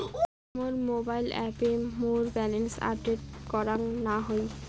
মোর mobile অ্যাপে মোর balance update করাং না হই